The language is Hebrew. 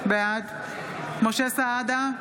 בעד משה סעדה,